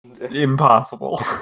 impossible